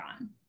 on